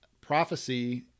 Prophecy